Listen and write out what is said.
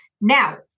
Now